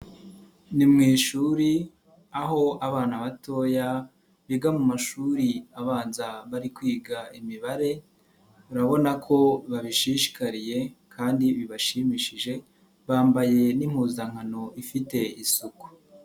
Ni mwishuri aho abana batoya biga mu mashuri abanza bari kwiga imibare urabona ko babishishikariye kandi bibashimishije bambaye n'impuzankano ifite isuku.